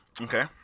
Okay